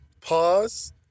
pause